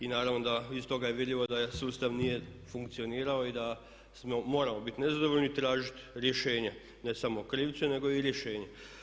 I naravno da iz toga je vidljivo da sustav nije funkcionirao i da moramo biti nezadovoljni i tražiti rješenja ne samo krivce nego i rješenja.